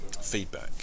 feedback